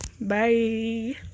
Bye